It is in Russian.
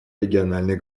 региональных